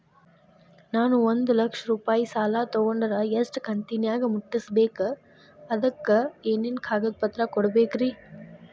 ನಾನು ಒಂದು ಲಕ್ಷ ರೂಪಾಯಿ ಸಾಲಾ ತೊಗಂಡರ ಎಷ್ಟ ಕಂತಿನ್ಯಾಗ ಮುಟ್ಟಸ್ಬೇಕ್, ಅದಕ್ ಏನೇನ್ ಕಾಗದ ಪತ್ರ ಕೊಡಬೇಕ್ರಿ?